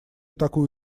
такую